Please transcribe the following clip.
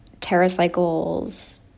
TerraCycle's